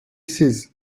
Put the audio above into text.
siz